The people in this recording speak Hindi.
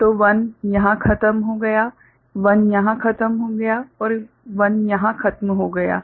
तो 1 यहाँ खत्म हो गया है 1 यहाँ खत्म हो गया है और 1 यहाँ खत्म हो गया है